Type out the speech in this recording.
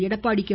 Edappadi K